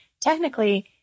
technically